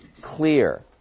clear